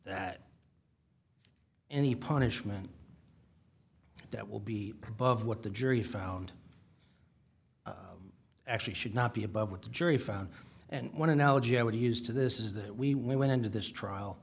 that any punishment that will be above what the jury found actually should not be above what the jury found and one analogy i would use to this is that we went into this trial